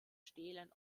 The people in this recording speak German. stelen